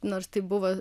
nors tai buvo